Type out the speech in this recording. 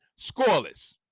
scoreless